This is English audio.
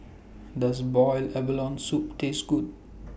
Does boiled abalone Soup Taste Good